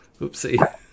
Oopsie